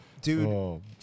dude